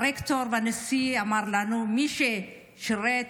הרקטור והנשיא אמרו לנו שלמי ששירת